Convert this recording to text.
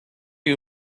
you